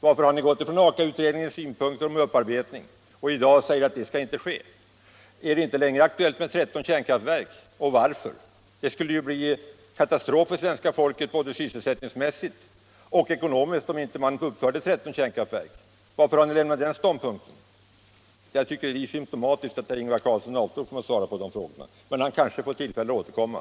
Varför har ni gått ifrån Aka-utredningens synpunkter om upparbetning och säger att de i dag inte är aktuella? Är det inte längre aktuellt med 13 kärnkraftverk och varför? Det skulle ju bli katastrof för svenska folket både sysselsättningsmässigt och ekonomiskt om man inte uppförde 13 kärnkraftverk. Varför har ni lämnat den ståndpunkten? — Jag tycker att det är symtomatiskt att herr Ingvar Carlsson avstår från att svara på de väsentliga frågor jag ställt. Men kanske — Nr 107 han får tillfälle att återkomma.